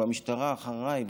והמשטרה אחריי,